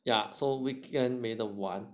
ya so weekend 没得玩